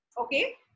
Okay